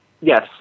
yes